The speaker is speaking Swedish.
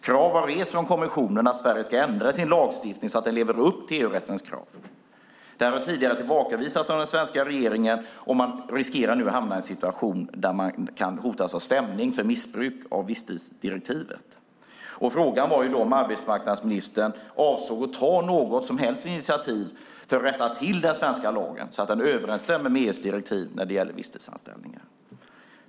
Krav har ställts från kommissionen om att Sverige ska ändra sin lagstiftning så att den lever upp till EU-rättens krav. Detta har tidigare tillbakavisats av den svenska regeringen, och man riskerar nu att hamna i en situation där man hotas av stämning för missbruk av visstidsdirektivet. Frågan var om arbetsmarknadsministern avsåg att ta något som helst initiativ för att rätta till den svenska lagen, så att den överensstämmer med EU:s direktiv om visstidsanställningar.